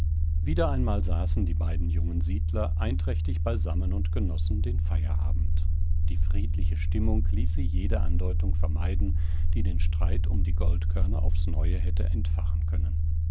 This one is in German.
wieder einmal saßen die beiden jungen siedler einträchtig beisammen und genossen den feierabend die friedliche stimmung ließ sie jede andeutung vermeiden die den streit um die goldkörner aufs neue hätte entfachen können